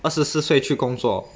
二十四岁去工作